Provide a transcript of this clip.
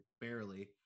barely